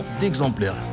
d'exemplaires